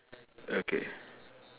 okay